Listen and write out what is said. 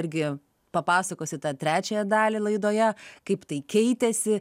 irgi papasakosi tą trečiąją dalį laidoje kaip tai keitėsi